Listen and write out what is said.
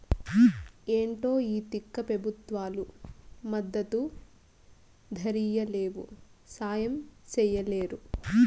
ఏంటో ఈ తిక్క పెబుత్వాలు మద్దతు ధరియ్యలేవు, సాయం చెయ్యలేరు